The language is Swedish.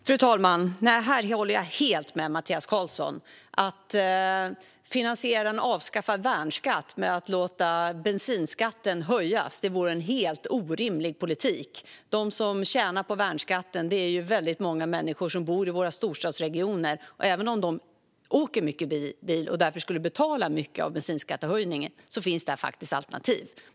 Fru talman! Här håller jag helt med Mattias Karlsson. Att finansiera en avskaffad värnskatt med att låta bensinskatten höjas vore en helt orimlig politik. De som tjänar på värnskatten är människor som bor i våra storstadsregioner. Även om de kör mycket bil och därför skulle betala mycket av bensinskattehöjningen finns där faktiskt alternativ.